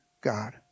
God